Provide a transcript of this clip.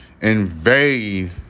invade